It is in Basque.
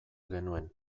genuen